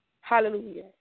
Hallelujah